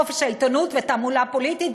חופש העיתונות ותעמולה פוליטית.